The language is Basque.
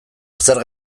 zerga